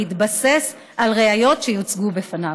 בהתבסס על ראיות שיוצגו בפניו.